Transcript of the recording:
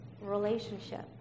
relationship